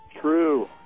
True